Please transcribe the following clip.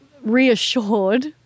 reassured